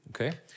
okay